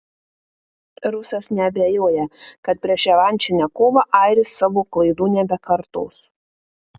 rusas neabejoja kad prieš revanšinę kovą airis savo klaidų nebekartos